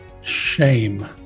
shame